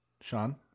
Sean